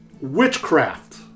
witchcraft